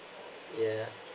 yeah